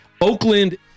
Oakland